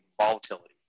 volatility